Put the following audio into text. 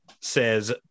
says